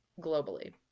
globally